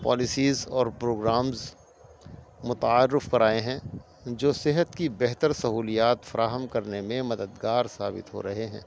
policies اور programmes متعارف کرائے ہیں جو صحت کی بہتر سہولیات فراہم کرنے میں مددگار ثابت ہو رہے ہیں